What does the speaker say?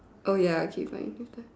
oh ya okay fine